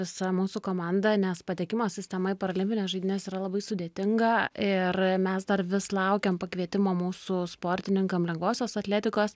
visa mūsų komanda nes patekimo sistema į paralimpines žaidynes yra labai sudėtinga ir mes dar vis laukiam pakvietimo mūsų sportininkam lengvosios atletikos